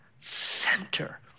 center